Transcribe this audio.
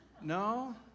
No